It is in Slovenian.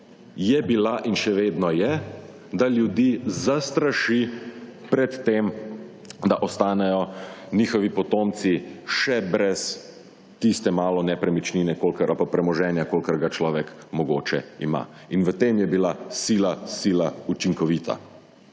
je bila in še vedno je, da ljudi zastraši pred tem, da ostanejo njihovi potomci še brez tiste malo nepremičnine ali pa premoženja, kolikor ga človek mogoče ima. In v tem je bila sila, sila učinkovita.